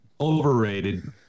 Overrated